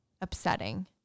upsetting